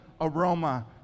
aroma